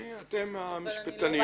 אתן המשפטניות.